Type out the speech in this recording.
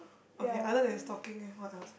okay other than stalking leh what else